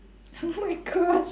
oh my gosh